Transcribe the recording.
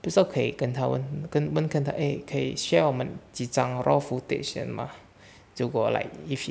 不是可以跟他问问问看他 eh 可以 share 我们几张 raw footage 先吗结果 like if it